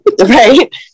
right